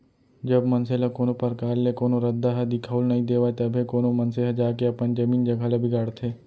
जब मनसे ल कोनो परकार ले कोनो रद्दा ह दिखाउल नइ देवय तभे कोनो मनसे ह जाके अपन जमीन जघा ल बिगाड़थे